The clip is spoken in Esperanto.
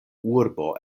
urbo